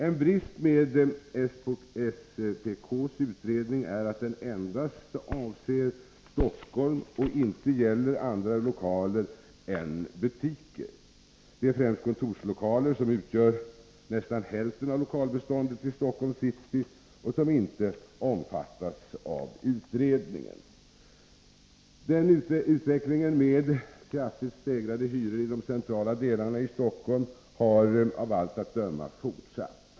En brist med SPK:s utredning är att den endast avser Stockholm och inte gäller andra lokaler än butiker. Det är främst kontorslokaler, som utgör nästan hälften av lokalbeståndet i Stockholms city, som inte omfattas av utredningen. Utvecklingen med kraftigt stegrade hyror i de centrala delarna av Stockholm har av allt att döma fortsatt.